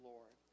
Lord